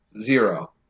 zero